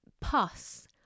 pus